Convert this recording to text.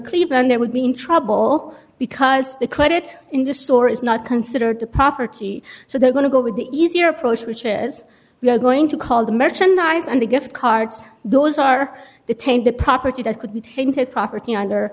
cleveland there would be in trouble because the credit in the store is not considered the property so they're going to go with the easier approach which is we're going to call the merchandise and the gift cards those are the tame the property that could be painted property